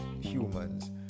humans